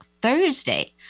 Thursday